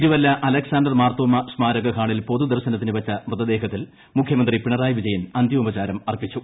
Thiruvalla Alexander Marthoma സ്മാരക ഹാളിലെ പൊതുദർശനത്തിന് വച്ച മൃതദേഹത്തിൽ മുഖ്യമന്ത്രി പിണറായിക്ക് വീജയൻ അന്ത്യോപചാരം അർപ്പിച്ചു